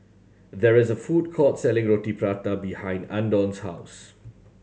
there is a food court selling Roti Prata behind Andon's house